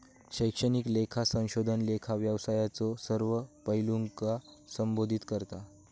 शैक्षणिक लेखा संशोधन लेखा व्यवसायाच्यो सर्व पैलूंका संबोधित करता